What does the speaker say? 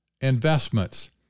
investments